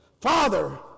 Father